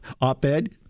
op-ed